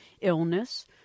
illness